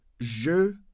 Je